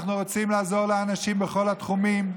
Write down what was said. אנחנו רוצים לעזור לאנשים בכל התחומים.